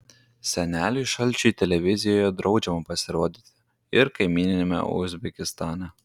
seneliui šalčiui televizijoje draudžiama pasirodyti ir kaimyniniame uzbekistane